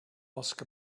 ask